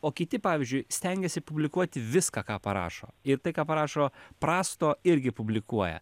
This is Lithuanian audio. o kiti pavyzdžiui stengiasi publikuoti viską ką parašo ir tai ką parašo prasto irgi publikuoja